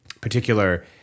particular